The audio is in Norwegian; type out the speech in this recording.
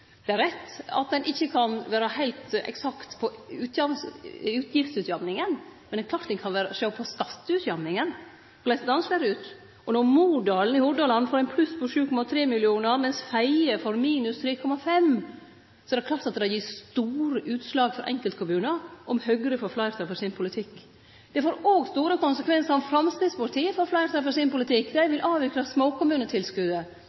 det er rett at ein ikkje kan vere heilt eksakt på utgiftsutjamninga, men det er klart at ein kan sjå på korleis skatteutjamninga ser ut – viser at f.eks. Modalen i Hordaland får pluss på 7,3 mill. kr, mens f.eks. Fedje får minus 3,5 mill. kr. Då er det klart at det gir store utslag for enkeltkommunar om Høgre får fleirtal for sin politikk. Det får òg store konsekvensar om Framstegspartiet får fleirtal for sin politikk. Dei